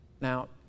Now